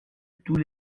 tous